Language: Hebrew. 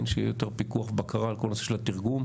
שיהיה יותר פיקוח ובקרה על כל הנושא של התרגום.